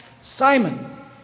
Simon